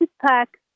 pack